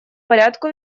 порядку